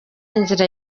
inzira